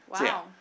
Wow